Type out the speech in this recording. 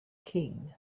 king